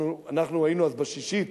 אנחנו היינו אז בשישית,